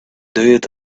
diet